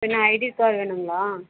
என்ன ID card வேணுங்களா